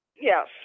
Yes